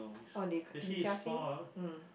oh